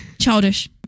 Childish